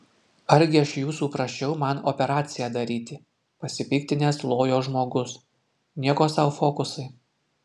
argi aš jūsų prašiau man operaciją daryti pasipiktinęs lojo žmogus nieko sau fokusai